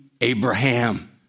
Abraham